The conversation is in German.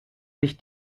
sich